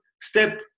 step